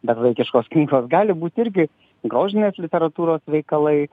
bet vaikiškos knygos gali būt irgi grožinės literatūros veikalai